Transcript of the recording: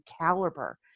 caliber